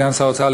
סגן שר האוצר,